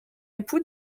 époux